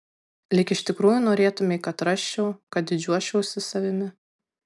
lyg iš tikrųjų norėtumei kad rasčiau kad didžiuočiausi savimi